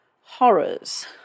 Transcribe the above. Horrors